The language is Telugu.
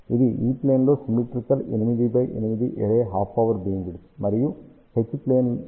ఇది E ప్లేన్ లో symmetrical 8 x 8 array half power beamwidth మరియు H ప్లేన్ 8